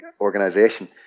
organisation